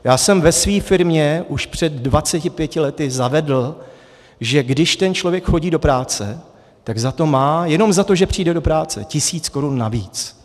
Já jsem ve své firmě už před 25 lety zavedl, že když ten člověk chodí do práce, tak za to má jenom za to, že přijde do práce tisíc korun navíc.